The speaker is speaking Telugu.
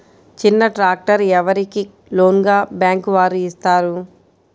చిన్న ట్రాక్టర్ ఎవరికి లోన్గా బ్యాంక్ వారు ఇస్తారు?